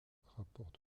rapporte